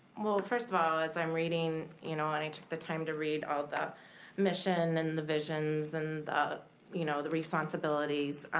well first of all, as i'm reading, you know when i took the time to read all the mission and the visions and the you know the responsibilities.